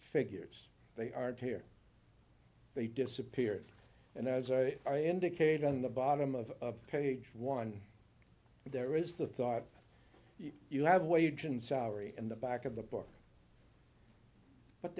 figures they aren't here they disappear and as i indicated on the bottom of page one there is the thought you have wage and salary in the back of the book but